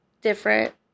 different